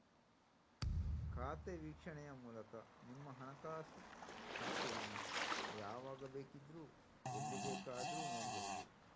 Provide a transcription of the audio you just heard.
ಖಾತೆ ವೀಕ್ಷಣೆಯ ಮೂಲಕ ನಿಮ್ಮ ಹಣಕಾಸು ಖಾತೆಯನ್ನ ಯಾವಾಗ ಬೇಕಿದ್ರೂ ಎಲ್ಲಿ ಬೇಕಾದ್ರೂ ನೋಡ್ಬಹುದು